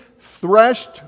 threshed